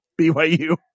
BYU